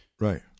Right